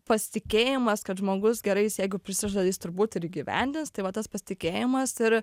pasitikėjimas kad žmogus gerai jis jeigu prisižada jis turbūt ir įgyvendins tai va tas pasitikėjimas ir